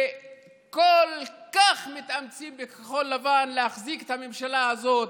וכל כך מתאמצים בכחול לבן להחזיק את הממשלה הזאת,